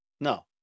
No